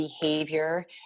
behavior